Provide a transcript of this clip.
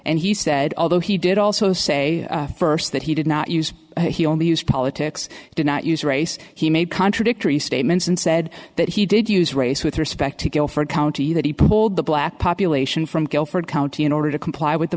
and he said although he did also say first that he did not use he only used politics did not use race he made contradictory statements and said that he did use race with respect to guilford county that he pulled the black population from guilford county in order to comply